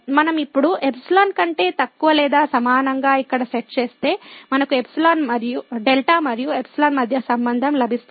మనం ఇప్పుడు ϵ కంటే తక్కువ లేదా సమానంగా ఇక్కడ సెట్ చేస్తే మనకు δ మరియు ϵ మధ్య సంబంధం లభిస్తుంది